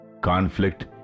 Conflict